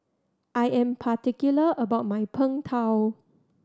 I am particular about my Png Tao